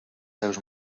seus